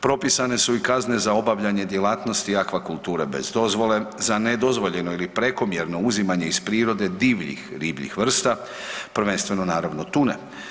Propisane su i kazne za obavljanje djelatnosti aquakulture bez dozvole, za nedozvoljeno ili prekomjerno uzimanje iz prirode divljih ribljih vrsta prvenstveno naravno tune.